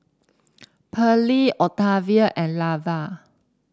Pearley Octavia and Lavar